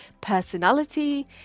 personality